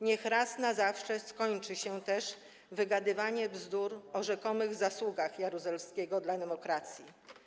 Niech raz na zawsze skończy się też wygadywanie bzdur o rzekomych zasługach Jaruzelskiego dla demokracji.